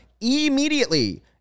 immediately